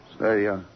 Say